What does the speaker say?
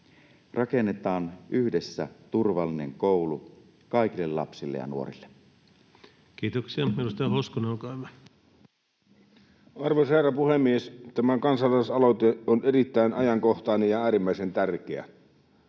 Rakennetaan yhdessä turvallinen koulu kaikille lapsille ja nuorille. Kiitoksia. — Edustaja Hoskonen, olkaa hyvä. Arvoisa herra puhemies! Tämä kansalaisaloite on erittäin ajankohtainen ja äärimmäisen tärkeä.